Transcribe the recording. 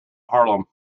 harlem